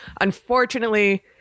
Unfortunately